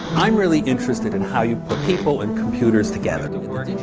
i'm really interested in how you put people and computers together.